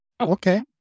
Okay